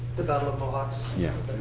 the battle of mohawks yeah